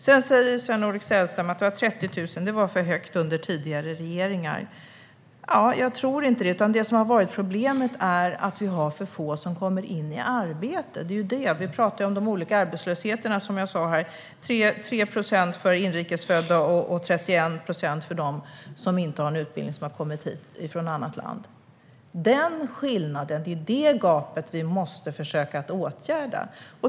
Sven-Olof Sällström säger att 30 000 per år var en för hög siffra under tidigare regeringar. Jag tror inte det, utan problemet har varit att det har varit för få som kommit in i arbete. Arbetslösheten ligger på, som jag nämnde här, 3 procent för inrikes födda och 31 procent för dem som inte har någon utbildning och har kommit hit från ett annat land. Det är det gapet vi måste försöka åtgärda.